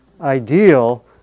ideal